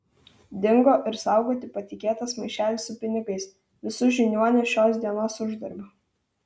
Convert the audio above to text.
dingo ir saugoti patikėtas maišelis su pinigais visu žiniuonio šios dienos uždarbiu